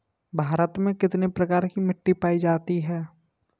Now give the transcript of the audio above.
भारत में कितने प्रकार की मिट्टी पायी जाती है?